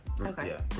Okay